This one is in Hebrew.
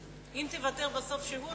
אם בסוף תיוותר שהות,